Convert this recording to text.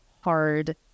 hard